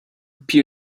peer